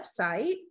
website